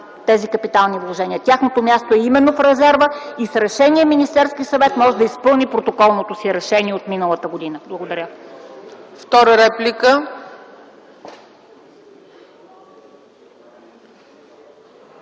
тези капитални вложения. Тяхното място е именно в резерва и с решение Министерският съвет може да изпълни протоколното си решение от миналата година. Благодаря.